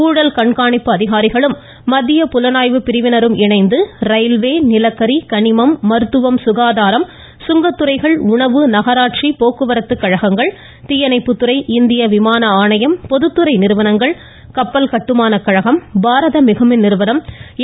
ஊழல் கண்காணிப்பு அதிகாரிகளும் மத்திய புலனாய்வு பிரிவினரும் இணைந்து ரயில்வே நிலக்கரி கனிமம் மருத்துவ சுகாதாரம் சுங்கத் துறைகள் உணவு நகராட்சி போக்குவரத்து கழகங்கள் தீயணைப்பு துறை இந்திய விமான ஆணையம் பொதுத்துறை நிறுவனங்கள் கப்பல் கட்டுமான கழகம் பாரத மிகுமின் நிறுவனம் எ